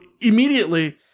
immediately